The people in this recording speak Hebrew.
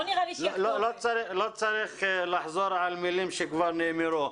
לא צריך לחזור על מילים שכבר נאמרו.